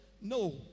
no